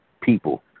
people